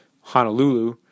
Honolulu